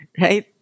Right